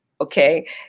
okay